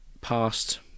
past